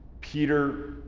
Peter